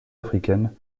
africaine